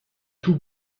tout